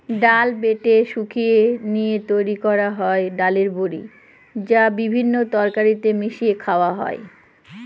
ডাল বেটে শুকিয়ে নিয়ে তৈরি করা হয় ডালের বড়ি, যা বিভিন্ন তরকারিতে মিশিয়ে খাওয়া হয়